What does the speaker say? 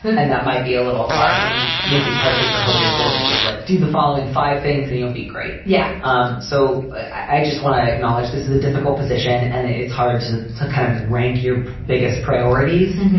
and that might be a little hard when maybe part of what you're hoping for is just like do the following five things and you'll be great. yeah. um so i just want to acknowledge this is a difficult position and it's hard to to kind of rank your biggest priorities.